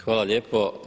Hvala lijepo.